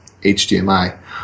HDMI